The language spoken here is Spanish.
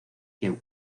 kew